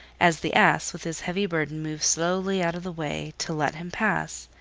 as the ass with his heavy burden moved slowly out of the way to let him pass,